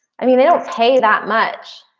i mean they don't tell you that much.